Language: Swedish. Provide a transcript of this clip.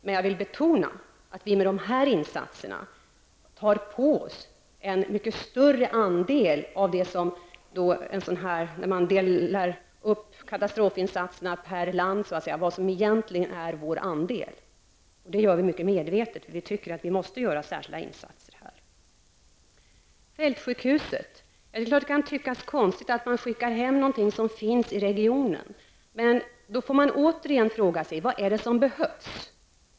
Men jag vill betona att vi med de här insatserna tar på oss mycket mer -- när man så att säga delar upp katastrofinsatserna per land -- än vad som egentligen är vår andel. Det gör vi mycket medvetet, för vi tycker att vi måste göra särskilda insatser här. Så till frågan om fältsjukhuset. Det är klart att det kan tyckas konstigt att skicka hem någonting som finns i regionen, men frågan är då återigen: Vad är det som behövs?